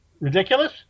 ridiculous